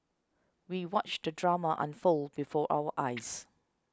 we watched the drama unfold before our eyes